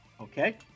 okay